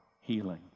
healing